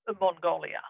Mongolia